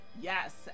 Yes